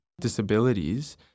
disabilities